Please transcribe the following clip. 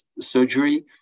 surgery